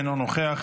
אינו נוכח,